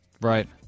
Right